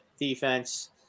defense